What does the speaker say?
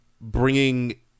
bringing